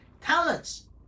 talents